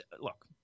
Look